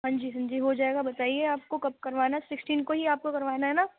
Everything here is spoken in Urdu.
ہاں جی ہاں جی ہو جائے گا بتائیے آپ کو کب کروانا سکسٹین کو ہی آپ کو کروانا ہے نا